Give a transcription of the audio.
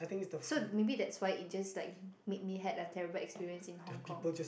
so maybe that's why it just like made me had a terrible experience in Hong-Kong